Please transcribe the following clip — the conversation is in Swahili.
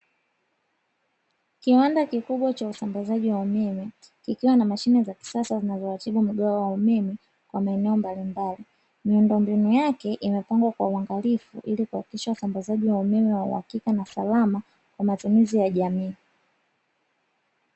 Kiwanda kikubwa cha usambazaji wa umeme kikiwa na mashine za kisasa zinazoratibu mgao wa umeme kwa maeneo mbalimbali, miundo mbinu yake imepangwa kwa uangalifu ili kuhakikisha usambazaji wa umeme na salama kwa matumizi ya jamii.